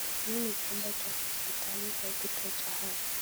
Hii ni chumba cha hospitali au kituo cha afya,